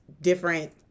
different